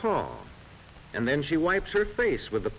palm and then she wipes her face with the